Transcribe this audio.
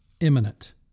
imminent